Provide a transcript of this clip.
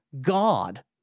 God